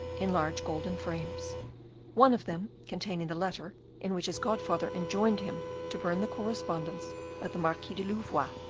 in large golden frames one of them containing the letter in which his godfather enjoined him to burn the correspondence of the marquis de louvois,